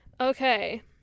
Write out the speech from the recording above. Okay